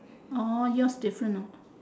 orh yours different hor